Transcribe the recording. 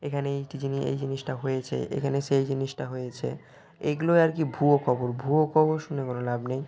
এখানে এইটি জিনিস এই জিনিসটা হয়েছে এখানে সেই জিনসটা হয়েছে এইগুলোই আর কি ভুয়ো খবর ভুয়ো খবর শুনে কোনও লাভ নেই